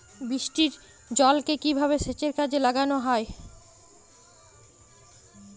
বৃষ্টির জলকে কিভাবে সেচের কাজে লাগানো য়ায়?